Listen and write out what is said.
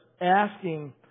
asking